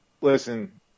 Listen